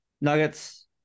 Nuggets